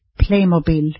Playmobil